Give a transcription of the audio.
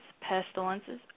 pestilences